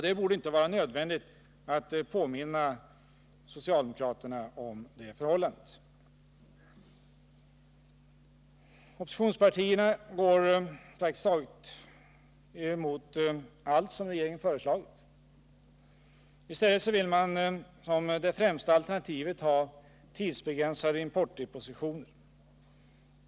Det borde inte vara nödvändigt att påminna socialdemokraterna om detta. Socialdemokraterna går emot praktiskt taget allt regeringen föreslagit. I stället vill de som det främsta alternativet ha tidsbegränsade importdepositioner.